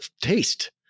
taste